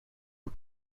are